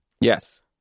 Yes